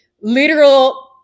literal